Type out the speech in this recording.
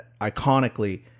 iconically